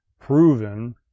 proven